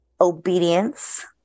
obedience